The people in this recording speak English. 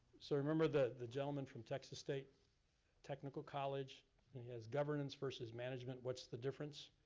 so remember the the gentleman from texas state technical college? he has governance versus management, what's the difference?